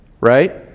right